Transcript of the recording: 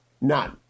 none